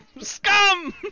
Scum